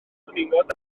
cwningod